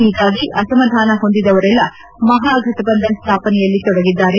ಹೀಗಾಗಿ ಅಸಮಾಧಾನ ಹೊಂದಿದವರೆಲ್ಲಾ ಮಹಾಘಟಬಂಧನ್ ಸ್ವಾಪನೆಯಲ್ಲಿ ತೊಡಗಿದ್ದಾರೆ